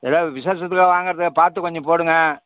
எல்லாம் விசேஷத்துக்காக வாங்கறது பார்த்து கொஞ்சம் போடுங்கள்